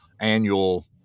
annual